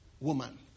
woman